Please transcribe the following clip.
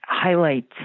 highlights